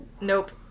Nope